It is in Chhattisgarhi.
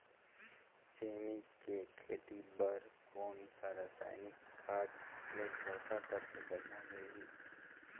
सेमी के खेती बार कोन सा रसायनिक खाद ले पोषक तत्व बढ़िया मिलही?